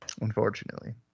Unfortunately